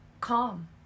calm